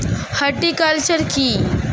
Horticulture কি?